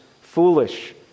foolish